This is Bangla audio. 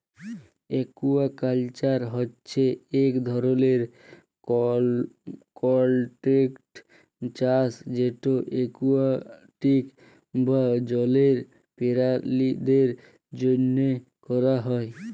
একুয়াকাল্চার হছে ইক ধরলের কল্ট্রোল্ড চাষ যেট একুয়াটিক বা জলের পেরালিদের জ্যনহে ক্যরা হ্যয়